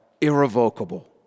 irrevocable